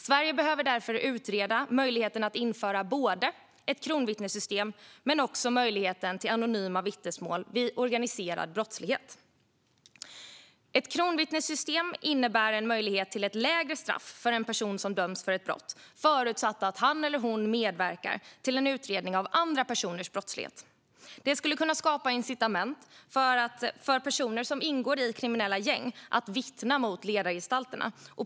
Sverige behöver därför utreda möjligheten att införa ett kronvittnessystem men också möjligheten till anonyma vittnesmål vid organiserad brottslighet. Ett kronvittnessystem innebär en möjlighet till ett lägre straff för en person som döms för ett brott, förutsatt att han eller hon medverkar vid en utredning av andra personers brottslighet. Det skulle kunna skapa incitament för personer som ingår i kriminella gäng att vittna mot ledargestalterna.